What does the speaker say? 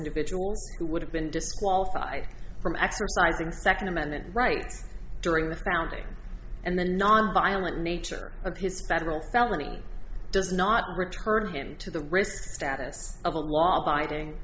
individuals who would have been disqualified from exercising second amendment rights during the founding and the nonviolent nature of his federal felony does not return him to the risk status of a law abiding